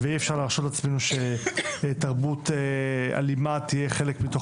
ואי אפשר להרשות לעצמנו שתרבות אלימה תהיה חלק מתוך